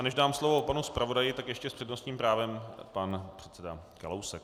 Než dám slovo panu zpravodaji, tak ještě s přednostním právem pan předseda Kalousek.